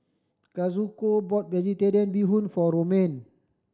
Kazuko bought Vegetarian Bee Hoon for Romaine